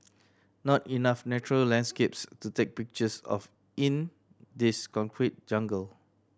not enough natural landscapes to take pictures of in this concrete jungle